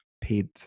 paid